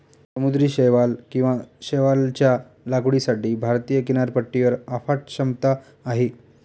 समुद्री शैवाल किंवा शैवालच्या लागवडीसाठी भारतीय किनारपट्टीवर अफाट क्षमता आहे